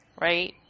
right